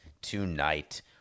tonight